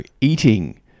eating